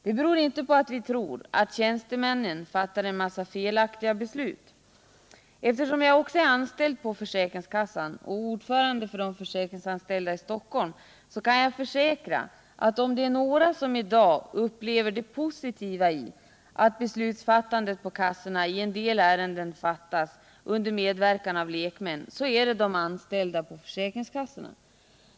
Det beror inte på att vi tror att tjänstemännen fattar en massa felaktiga beslut. Eftersom jag också är anställd på försäkringskassan och ordförande för de försäkringsanställda i Stockholm kan jag försäkra att om det är några som i dag upplever det som positivt att besluten på kassorna i en del ärenden fattas under medvekan av lekmän, så är det de anställda på försäkringskassorna.